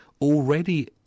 already